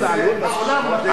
כמה מדינות מכירות בזה?